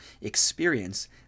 experience